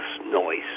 noise